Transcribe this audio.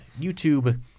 YouTube